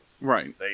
Right